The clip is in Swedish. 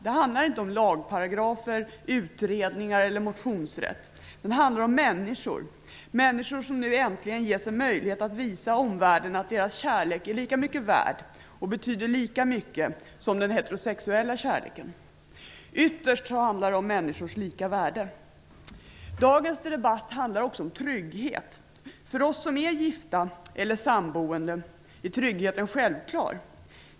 Den handlar inte om lagparagrafer, utredningar eller motionsrätt. Den handlar om människor, människor som nu äntligen ges en möjlighet att visa omvärlden att deras kärlek är lika mycket värd och betyder lika mycket som den heterosexuella kärleken. Ytterst handlar det om människors lika värde. Dagens debatt handlar också om trygghet. För oss som är gifta eller samboende är tryggheten självklar.